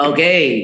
Okay